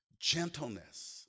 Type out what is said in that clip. gentleness